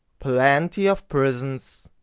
plenty of prisons,